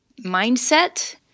mindset